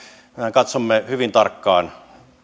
katsomme hyvin tarkkaan